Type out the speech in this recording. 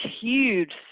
huge